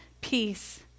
peace